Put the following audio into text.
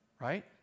Right